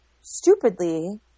stupidly